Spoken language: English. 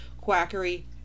quackery